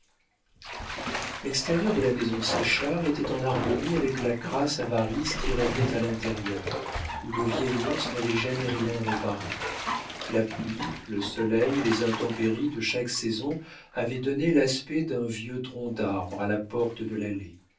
l'extérieur de la maison séchard était en harmonie avec la crasse avarice qui régnait à l'intérieur où le vieil ours n'avait jamais rien réparé la pluie le soleil les intempéries de chaque saison avaient donné l'aspect d'un vieux tronc d'arbre à la porte de l'allée